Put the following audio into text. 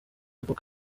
avuka